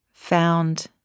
Found